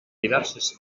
diverses